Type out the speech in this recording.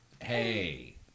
Hey